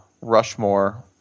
Rushmore